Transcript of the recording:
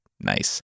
Nice